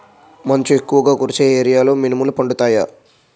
మంచు ఎక్కువుగా కురిసే ఏరియాలో మినుములు పండుతాయా?